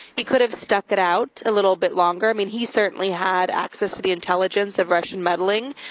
he could have stuck it out a little bit longer. i mean, he certainly had access to the intelligence of russian meddling.